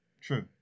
True